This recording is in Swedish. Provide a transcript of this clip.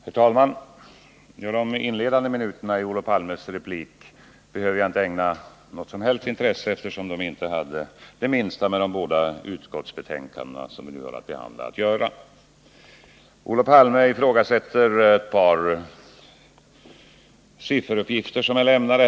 Herr talman! De inledande minuterna i Olof Palmes replik behöver jag inte ägna något som helst intresse, eftersom de inte hade det minsta att göra med de båda utskottsbetänkanden som vi har att behandla. Olof Palme ifrågasätter ett par sifferuppgifter som jag lämnade.